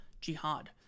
Jihad